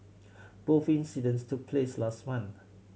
both incidents took place last month